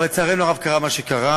אבל לצערנו הרב קרה מה שקרה,